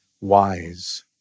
wise